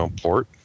port